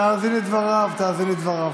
תאזין לדבריו, תאזין לדבריו.